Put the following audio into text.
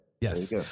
Yes